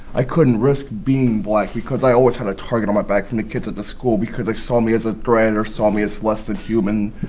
i couldn't risk being black because i always had a target on my back from the kids at the school because they like saw me as a threat or saw me as less than human.